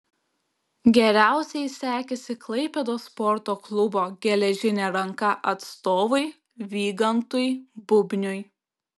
geriausiai sekėsi klaipėdos sporto klubo geležinė ranka atstovui vygantui bubniui